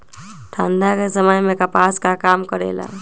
ठंडा के समय मे कपास का काम करेला?